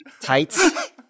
tights